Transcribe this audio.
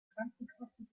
krankenkassen